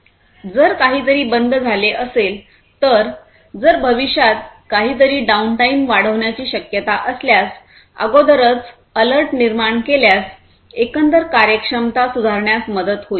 जर काहीतरी बंद झाले असेल तर जर भविष्यात काहीतरी डाऊन टाईम वाढवण्याची शक्यता असल्यास अगोदरच अॅलर्ट निर्माण केल्यास एकंदर कार्यक्षमता सुधारण्यास मदत होईल